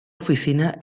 oficina